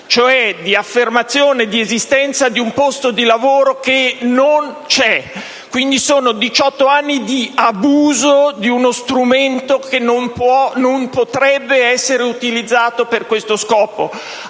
cioè di finzione dell'esistenza di un posto di lavoro che non c'è. Sono quindi 18 anni di abuso di uno strumento che non potrebbe essere utilizzato nel caso